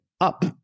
up